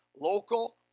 local